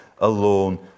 alone